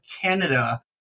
Canada